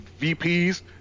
VPs